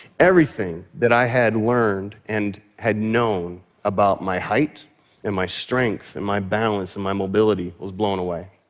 everything that i had learned and had known about my height and my strength and my balance and my mobility was blown away.